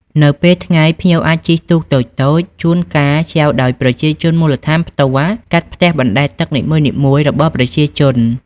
នៅពេលថ្ងៃ ភ្ញៀវអាចជិះទូកតូចៗ ជួនកាលចែវដោយប្រជាជនមូលដ្ឋានផ្ទាល់ កាត់ផ្ទះបណ្ដែតទឹកនីមួយៗរបស់ប្រជាជន។